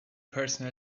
person